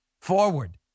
Forward